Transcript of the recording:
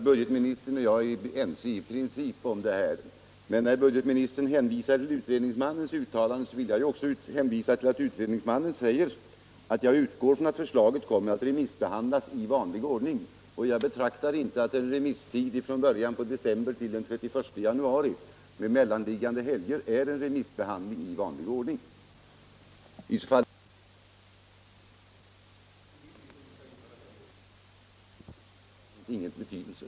Herr talman! Det är tydligt att budgetministern och jag är överens i princip. Budgetministern hänvisade till utredningsmannens uttalanden. Utredningsmannen säger emellertid också att han utgår från att förslaget kommer att remissbehandlas i vanlig ordning. Jag betraktar inte en remisstid från början på december till den 31 januari med mellanliggande helger som en remissbehandling i vanlig ordning. Det vore orimligt om vi skulle införa den ordningen — då har remissväsendet inte längre någon betydelse.